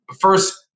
First